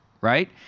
right